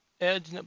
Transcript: Edge